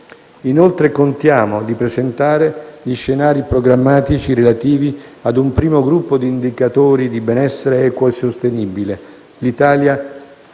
Inoltre, contiamo di presentare gli scenari programmatici relativi a un primo gruppo di indicatori di benessere equo e sostenibile. L'Italia è